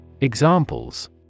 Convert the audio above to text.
Examples